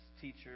teacher